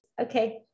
okay